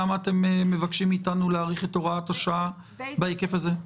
למה אתם מבקשים מאיתנו להאריך את הוראת השעה בהיקף הזה?